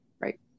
Right